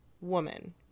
woman